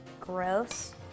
gross